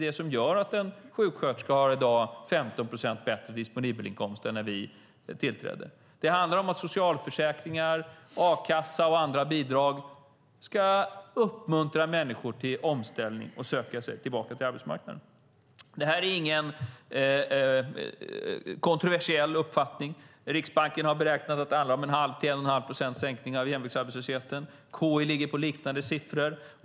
Det gör att en sjuksköterska i dag har 15 procent bättre disponibel inkomst än när vi tillträdde. Det handlar om att socialförsäkringar, a-kassa och andra bidrag ska uppmuntra människor till omställning och till att söka sig tillbaka till arbetsmarknaden. Detta är ingen kontroversiell uppfattning. Riksbanken har beräknat att det handlar om 1⁄2 till 1 1⁄2 procents sänkning av jämviktsarbetslösheten. KI ligger på liknande siffror.